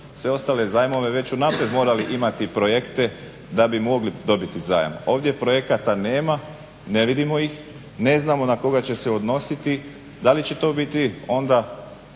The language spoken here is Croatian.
sve ostale zajmove već unaprijed morali imati projekte da bi mogli dobiti zajam? Ovdje projekata nema, ne vidimo ih, ne znamo na koga će se odnositi. Da li će to biti onda